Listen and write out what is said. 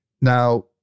Now